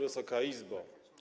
Wysoka Izbo!